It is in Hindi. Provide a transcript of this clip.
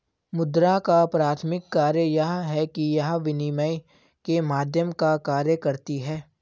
मुद्रा का प्राथमिक कार्य यह है कि यह विनिमय के माध्यम का कार्य करती है